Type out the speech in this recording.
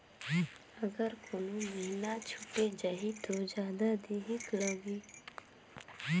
अगर कोनो महीना छुटे जाही तो जादा देहेक लगही?